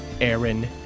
Aaron